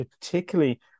particularly